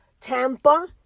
Tampa